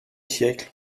siècle